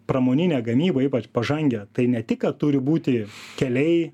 pramoninę gamybą ypač pažangią tai ne tik kad turi būti keliai